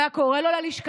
הוא היה קורא לו ללשכה,